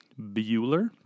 Bueller